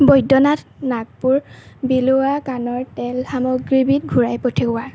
বৈদ্যনাথ নাগপুৰ বিলৱা কাণৰ তেল সামগ্ৰীবিধ ঘূৰাই পঠিওৱা